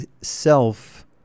self